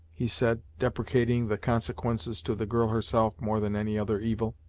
he said, deprecating the consequences to the girl herself more than any other evil.